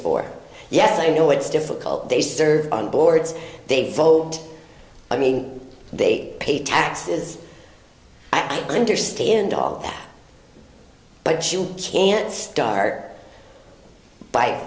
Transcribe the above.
for yes i know it's difficult they serve on boards they vote i mean they pay taxes i understand all that but she can't start by